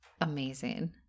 amazing